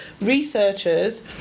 researchers